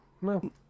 No